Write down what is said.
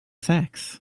sax